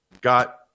Got